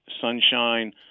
sunshine